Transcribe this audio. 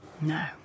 No